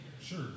Sure